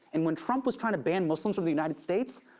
and when trump was trying to ban muslims from the united states,